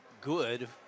good